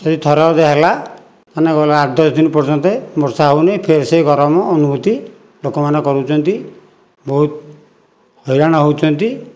ସେହି ଥରେ ଅଧେ ହେଲା ମାନେ ଗଲା ଆଠ ଦଶ ଦିନ ପର୍ଯ୍ୟନ୍ତେ ବର୍ଷା ହେଉନି ଫେରେ ସେ ଗରମ ଅନୁଭୂତି ଲୋକମାନେ କରୁଛନ୍ତି ବହୁତ ହଇରାଣ ହେଉଛନ୍ତି